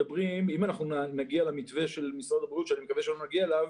אם נגיע למתווה של משרד הבריאות שאני מקווה שלא נגיע אליו,